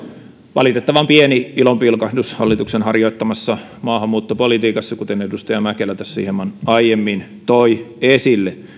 valitettavan pieni ilonpilkahdus hallituksen harjoittamassa maahanmuuttopolitiikassa kuten edustaja mäkelä tässä hieman aiemmin toi esille